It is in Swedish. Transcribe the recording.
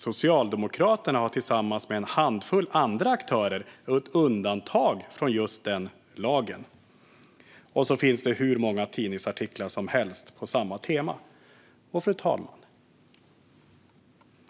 Socialdemokraterna har tillsammans med en handfull andra aktörer gjort undantag från just den lagen. Det finns hur många tidningsartiklar som helst på samma tema. Fru talman!